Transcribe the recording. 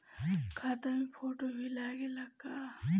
खाता मे फोटो भी लागे ला?